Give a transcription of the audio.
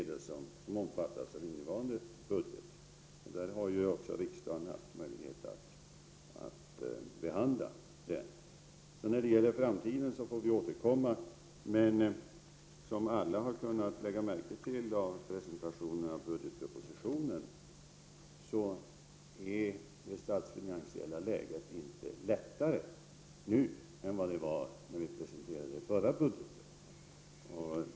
Riksdagen har ju haft möjlighet att behandla den budgeten. Framtiden får vi återkomma till senare. Men som alla har kunnat lägga märke till av presentationen av budgetpropositionen, är det statsfinansiella läget inte lättare nu än vid presentationen av den förra budgeten.